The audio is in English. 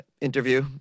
interview